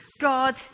God